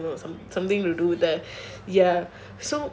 I don't know something something to do with the ya so